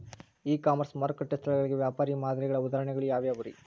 E commerce ಮಾರುಕಟ್ಟೆ ಸ್ಥಳಗಳಿಗೆ ವ್ಯಾಪಾರ ಮಾದರಿಗಳ ಉದಾಹರಣೆಗಳು ಯಾವವುರೇ?